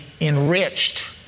enriched